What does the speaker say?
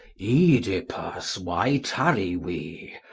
oedipus, why tarry we?